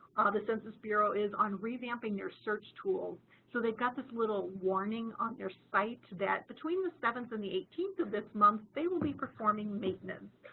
the census bureau is on revamping their search tools so they've got this little warning on their site that between the seventh and the eighteenth of this month, they will be performing maintenance.